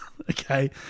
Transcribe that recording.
Okay